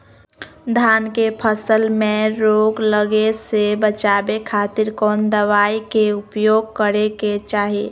धान के फसल मैं रोग लगे से बचावे खातिर कौन दवाई के उपयोग करें क्या चाहि?